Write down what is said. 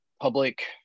public